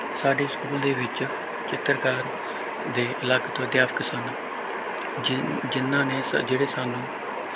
ਸਾਡੇ ਸਕੂਲ ਦੇ ਵਿੱਚ ਚਿੱਤਰਕਾਰੀ ਦੇ ਅਲੱਗ ਤੋਂ ਅਧਿਆਪਕ ਸਨ ਜਿਨ ਜਿਨ੍ਹਾਂ ਨੇ ਸ ਜਿਹੜੇ ਸਾਨੂੰ